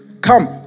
Come